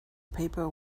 paper